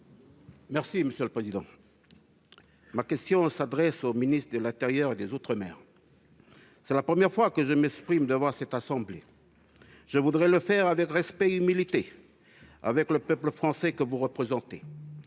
et Écologiste – Kanaky. Ma question s’adresse à M. le ministre de l’intérieur et des outre-mer. C’est la première fois que je m’exprime devant cette assemblée. Je voudrais le faire avec respect et humilité envers le peuple français que vous représentez.